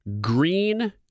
Green